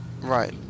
right